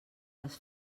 les